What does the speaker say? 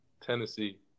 Tennessee